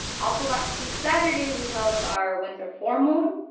also last week, saturday, we held our winter formal.